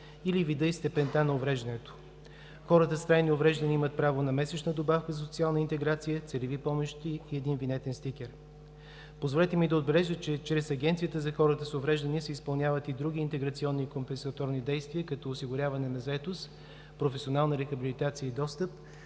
или вида и степента на увреждането. Хората с трайни увреждания имат право на месечна добавка за социална интеграция, целеви помощи и един винетен стикер. Позволете ми да отбележа, че чрез Агенцията за хората с увреждания се изпълняват и други интеграционни компенсаторни действия, като осигуряване на заетост, професионална рехабилитация и достъп,